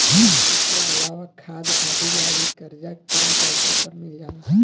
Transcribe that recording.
खेती के अलावा खाद आदि ला भी करजा कम पैसा पर मिल जाला